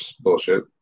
bullshit